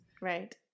Right